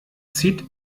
zieht